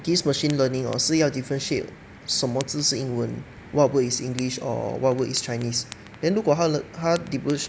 these machine learning hor 是要 differentiate 什么字是英文 what word is english or what word is chinese then 如果他 differentiate